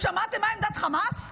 אתם שמעתם מה עמדת חמאס?